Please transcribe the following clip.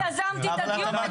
אני יזמתי את הדיון.